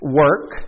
work